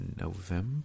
November